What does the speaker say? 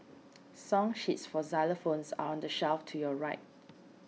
song sheets for xylophones are on the shelf to your right